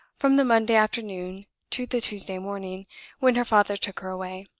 from the monday afternoon to the tuesday morning when her father took her away.